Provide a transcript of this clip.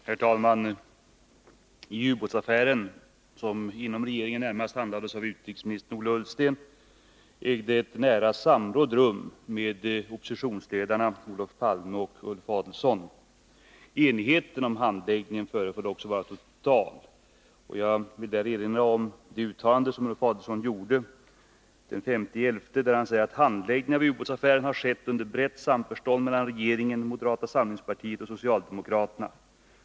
Herr talman! I ubåtsaffären, som inom regeringen närmast handlades av utrikesminister Ola Ullsten, ägde ett nära samråd rum med oppositionsledarna Olof Palme och Ulf Adelsohn. Enigheten om handläggningen föreföll också vara total. Jag erinrar om det uttalande som Ulf Adelsohn gjorde den 5 november, där han sade: ”Handläggningen av ubåtsaffären har skett under brett samförstånd mellan regeringen, moderata samlingspartiet och socialdemokraterna.